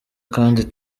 kandi